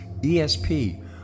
ESP